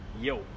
Yo